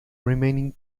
remaining